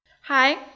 Hi